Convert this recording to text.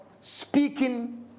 speaking